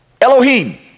Elohim